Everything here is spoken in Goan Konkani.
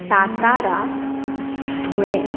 सांतारा धुळे